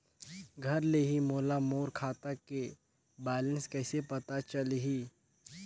घर ले ही मोला मोर खाता के बैलेंस कइसे पता चलही?